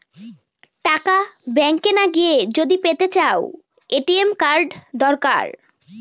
টাকা ব্যাঙ্ক না গিয়ে যদি পেতে চাও, এ.টি.এম কার্ড দরকার